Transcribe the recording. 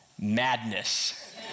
Madness